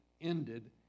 ended